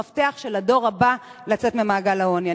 המפתח של הדור הבא לצאת ממעגל העוני?